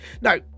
No